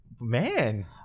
man